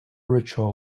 ritual